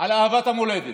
על אהבת המולדת,